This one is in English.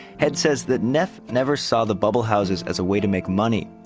head says that neff never saw the bubble houses as a way to make money.